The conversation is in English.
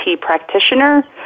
practitioner